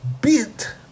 bit